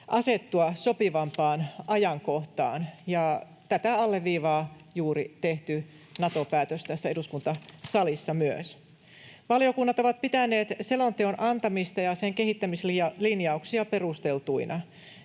asettua sopivampaan ajankohtaan, ja tätä alleviivaa juuri tehty Nato-päätös tässä eduskuntasalissa myös. Valiokunnat ovat pitäneet selonteon antamista ja sen kehittämislinjauksia perusteltuina.